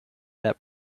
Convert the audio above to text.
that